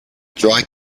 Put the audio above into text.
dry